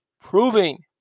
proving